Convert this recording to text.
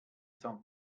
são